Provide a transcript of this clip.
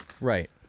Right